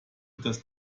dass